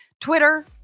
Twitter